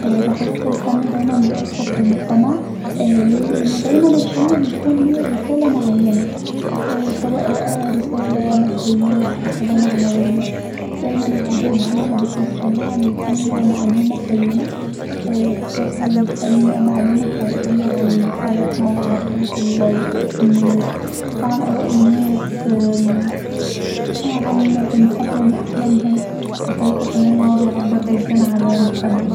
بحس الفن دايما بيأثر في المجتمع ليه لأن دايما الفن دايما بيكون ليه رساله معينه ااام رساله معنويه دايما الحجات دي بتوصلنا للفن معلومه كويسه بتوصل للفن معلومه حقيقيه عن حياتنا وعن حياه الناس وعن اراء الناس وعن طوحاتهم وأحلامهم وشايفه أنه بيعبر عننا